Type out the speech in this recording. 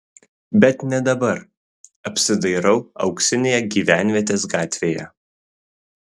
bet ne dabar apsidairau auksinėje gyvenvietės gatvėje